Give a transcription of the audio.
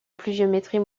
pluviométrie